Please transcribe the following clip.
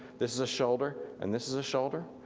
this is a shoulder, and this is a shoulder,